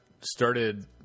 started